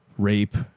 rape